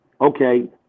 Okay